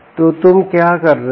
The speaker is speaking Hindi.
तो तुम क्या कर रहे हो